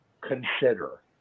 consider